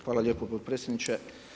Hvala lijepo potpredsjedniče.